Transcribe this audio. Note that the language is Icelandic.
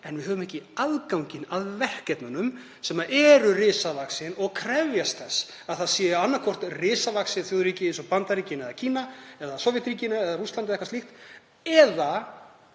en við höfum ekki aðgang að verkefnunum sem eru risavaxin og krefjast þess að það sé annaðhvort risavaxið þjóðríki, eins og Bandaríkin, Kína, Sovétríkin eða Rússland eða eitthvað slíkt, eða